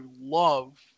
love